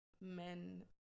men